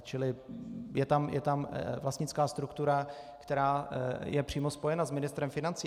Čili je tam vlastnická struktura, která je přímo spojena s ministrem financí.